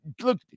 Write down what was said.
Look